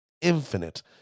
infinite